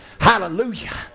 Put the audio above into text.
Hallelujah